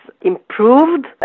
improved